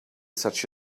such